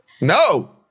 No